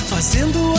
Fazendo